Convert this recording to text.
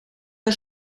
der